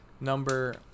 number